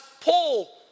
Paul